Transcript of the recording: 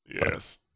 Yes